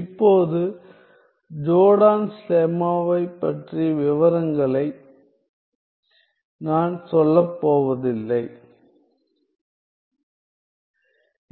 இப்போது ஜோர்டான்ஸ் லெம்மாவைப் பற்றிய விவரங்களைப் நான் செல்லப் போவதில்லை